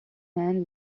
man